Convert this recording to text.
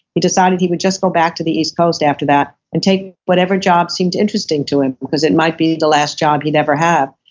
he decided he would just go back to the east coast after that, and take whatever job seemed interesting to him, because it might be the last job he'd ever have.